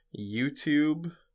YouTube